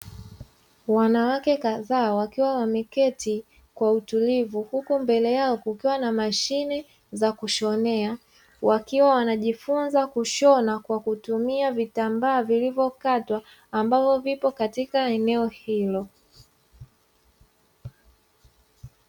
Wanawake kadhaa wakiwa wameketi kwa utulivu, huku mbele yao kukiwa na mashine za kushonea, wakiwa wanajifunza kushona kwa kutumia vitambaa vilivyokatwa ambavyo vipo katika eneo hilo.